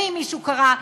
ואם מישהו קרא,